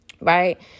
right